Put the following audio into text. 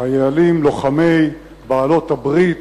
חיילים לוחמים בצבאות בעלות-הברית,